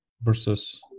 versus